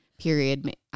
period